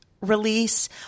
release